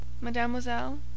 Mademoiselle